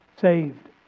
saved